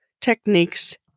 techniques